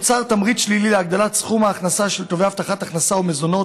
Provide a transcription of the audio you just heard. נוצר תמריץ שלילי להגדלת סכום ההכנסה של תובעי הבטחת הכנסה ומזונות,